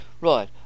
Right